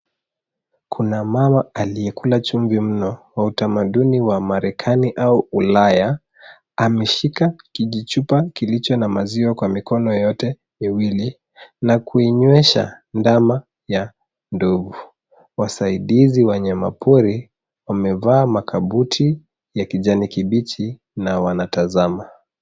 Kuna mama aliyekula chumvi mno wa utamaduni wa marekani au ulaya, ameshika kijichupa kilicho na maziwa kwa mikono yote miwili na kuinywesha ndama ya ndovu. Wasaidizi wanyama pori wamevaa makabuti ya kijani kibichi na wanatazama.